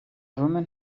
woman